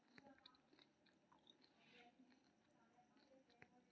तापमान आ वर्षा कोनो क्षेत्रक जलवायु के मादे भविष्यवाणी के प्रमुख तत्व होइ छै